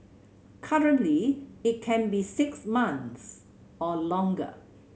currently it can be six months or longer